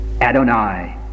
Adonai